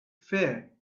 fair